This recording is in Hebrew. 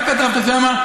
אתה כתבת שם,